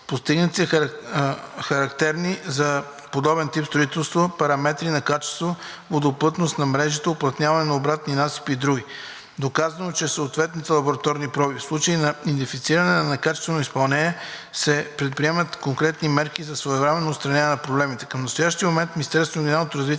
Постигат се характерни за подобен тип строителство параметри на качеството –водоплътност на мрежите, уплътняване на обратни насипи и други, доказано чрез съответни лабораторни проби. В случай на идентифициране на некачествено изпълнение се предприемат конкретни мерки за своевременно отстраняване на проблемите. Към настоящия момент в Министерството на регионалното развитие